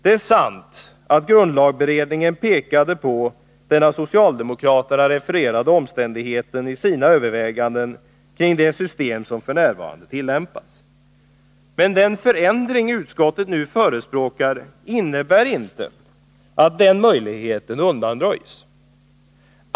Det är sant att grundlagberedningen pekade på den av socialdemokraterna refererade omständigheten i sina överväganden kring det system som f. n. tillämpas. Men den förändring utskottet nu förespråkar innebär inte att denna möjlighet undanröjs.